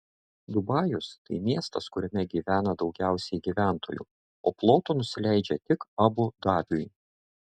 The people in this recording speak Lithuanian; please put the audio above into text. dubajus tai miestas kuriame gyvena daugiausiai gyventojų o plotu nusileidžia tik abu dabiui